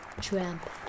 Trump